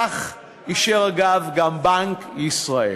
כך אישר, אגב, גם בנק ישראל.